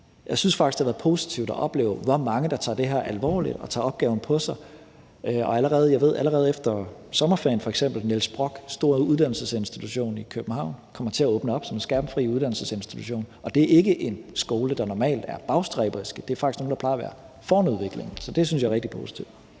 Jeg synes faktisk, at det har været positivt at opleve, hvor mange der tager det her alvorligt og tager opgaven på sig. Og jeg ved f.eks., at allerede efter sommerferien kommer Niels Brock, der er en stor uddannelsesinstitution i København, til at åbne op som en skærmfri uddannelsesinstitution, og det er ikke en skole, der normalt er bagstræberisk; det er faktisk en, som plejer være foran udviklingen. Så det synes jeg er rigtig positivt.